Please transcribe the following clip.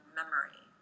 memory